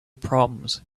proms